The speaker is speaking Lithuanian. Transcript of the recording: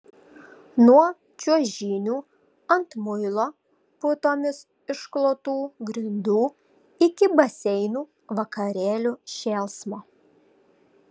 nuo čiuožynių ant muilo putomis išklotų grindų iki baseinų vakarėlių šėlsmo